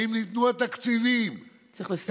האם ניתנו התקציבים, צריך לסיים.